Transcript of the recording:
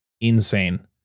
insane